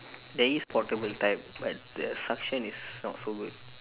there is portable type but the suction is not so good